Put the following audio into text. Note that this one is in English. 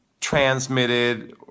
transmitted